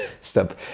stop